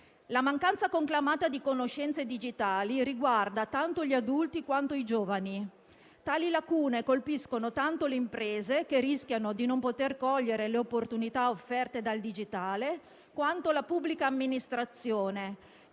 La mancanza conclamata di conoscenze digitali riguarda tanto gli adulti quanto i giovani. Tali lacune colpiscono tanto le imprese, che rischiano di non poter cogliere le opportunità offerte dal digitale, quanto la pubblica amministrazione,